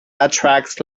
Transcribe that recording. attracts